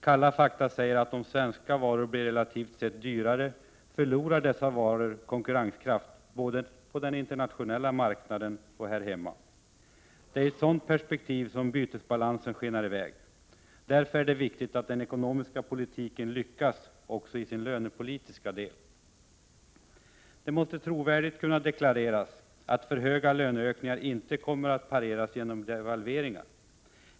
Kalla fakta säger att om svenska varor blir relativt] sett dyrare förlorar dessa varor konkurrenskraft både på den internationell marknaden och här hemma. Det är i ett sådant perspektiv som bycsbalanan skenar i väg. Därför är det viktigt att den ekonomiska politiken lyckas också i sin lönepolitiska del. Det måste trovärdigt kunna deklareras att för höga löneökningar inte kommer att pareras genom devalveringar.